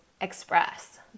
express